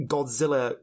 Godzilla